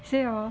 say hor